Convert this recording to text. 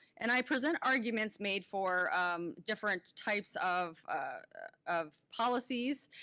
and i present arguments made for different types of of policies,